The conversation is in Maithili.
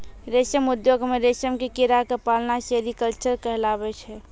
रेशम उद्योग मॅ रेशम के कीड़ा क पालना सेरीकल्चर कहलाबै छै